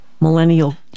millennial